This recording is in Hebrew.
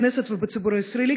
בכנסת ובציבור הישראלי,